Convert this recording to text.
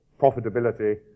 profitability